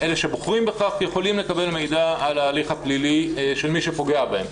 שבוחרים בכך יכולים לקבל מידע על ההליך הפלילי של מי שפוגע בהם,